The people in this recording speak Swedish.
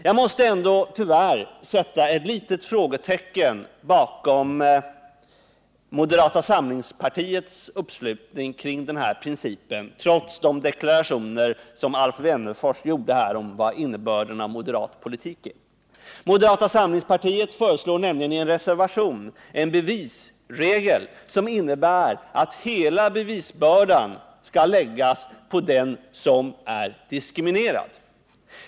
Jag måste ändå tyvärr sätta ett litet frågetecken bakom moderata samlingspartiets uppslutning kring den här principen trots de deklarationer som Alf Wennerfors gjorde här om innebörden av moderat politik. Moderata samlingspartiet föreslår nämligen i en reservation en bevisregel, som innebär att hela bevisbördan skall läggas på den som är diskriminerad.